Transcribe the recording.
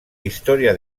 historia